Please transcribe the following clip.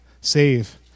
Save